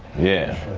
yeah.